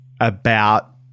about-